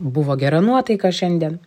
buvo gera nuotaika šiandien